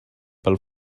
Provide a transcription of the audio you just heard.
pel